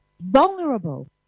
vulnerable